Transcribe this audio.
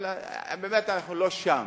אבל באמת אנחנו לא שם.